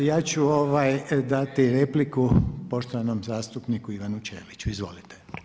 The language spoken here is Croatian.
Ja ću dati repliku poštovanom zastupniku Ivanu Ćeliću, izvolite.